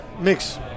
mix